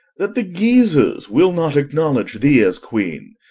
that the guises will not acknowledge thee as queen?